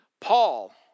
Paul